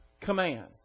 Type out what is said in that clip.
command